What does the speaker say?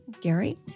Gary